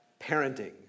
parenting